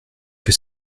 que